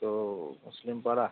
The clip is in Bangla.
তো মুসলিম পাড়া